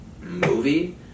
movie